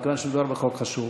מכיוון שמדובר בחוק חשוב,